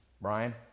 Brian